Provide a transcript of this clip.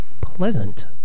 Pleasant